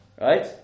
right